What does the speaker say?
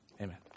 amen